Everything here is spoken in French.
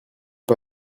pas